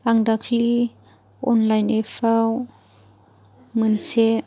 आं दाखालि अनलाइन एपआव मोनसे